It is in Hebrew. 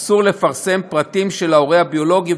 אסור לפרסם פרטים של ההורה הביולוגי,